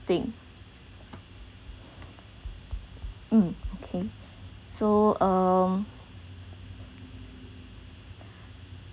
thing mm okay so um